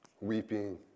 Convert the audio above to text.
weeping